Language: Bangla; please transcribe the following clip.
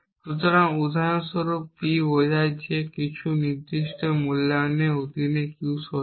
সুতরাং উদাহরণ স্বরূপ P বোঝায় যে কিছু নির্দিষ্ট মূল্যায়নের অধীনে Q সত্য